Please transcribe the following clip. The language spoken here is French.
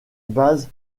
base